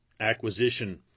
acquisition